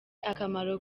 akamaro